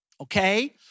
Okay